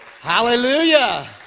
Hallelujah